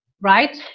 right